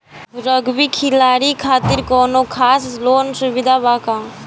Rugby खिलाड़ी खातिर कौनो खास लोन सुविधा बा का?